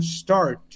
start